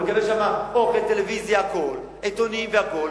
הוא מקבל שם אוכל, טלוויזיה והכול, עיתונים והכול.